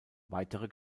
weitere